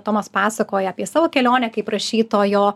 tomas pasakoja apie savo kelionę kaip rašytojo